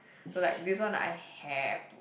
so like this one I have